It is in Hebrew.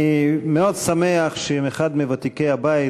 אני מאוד שמח שאחד מוותיקי הבית,